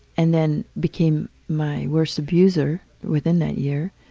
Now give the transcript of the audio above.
and then became my worst abuser within that year.